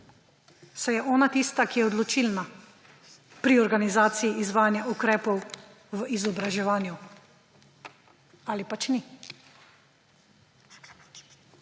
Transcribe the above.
saj je ona tista, ki je odločilna pri organizaciji izvajanja ukrepov v izobraževanju. Ali pač ni?